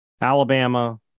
Alabama